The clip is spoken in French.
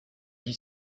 dit